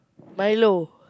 Milo